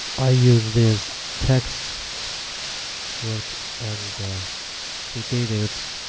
ah use this text work and to give it